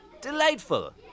Delightful